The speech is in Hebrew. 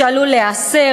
שעלול להיאסר,